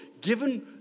Given